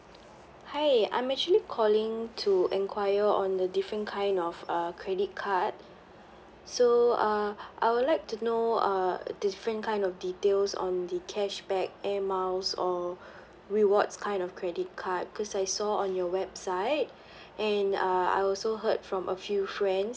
hi I'm actually calling to inquire on the different kind of uh credit card so uh I would like to know uh different kind of details on the cashback air miles or rewards kind of credit card cause I saw on your website and uh I also heard from a few friends